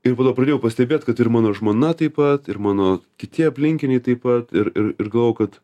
ir pradėjau pastebėt kad ir mano žmona taip pat ir mano kiti aplinkiniai taip pat ir ir ir galvojau kad